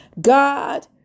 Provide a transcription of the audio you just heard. God